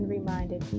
Reminded